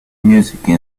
musical